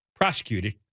prosecuted